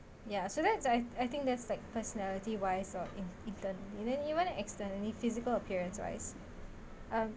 ya so that's I I think that's like personality wise or in in term and then even extend any physical appearance wise um